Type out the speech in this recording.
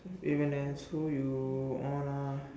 Evan and who you on ah